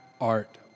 art